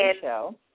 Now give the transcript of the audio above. show